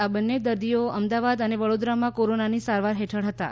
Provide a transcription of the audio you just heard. આ બંન્ને દર્દીઓ અમદાવાદ અને વ઼ડોદરામાં કોરોનાની સારવાર હેઠળ હતાં